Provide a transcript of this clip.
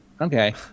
Okay